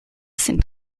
sind